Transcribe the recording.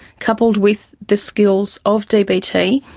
coupled with the skills of dbt,